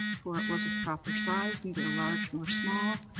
for it was of proper size, neither large nor small,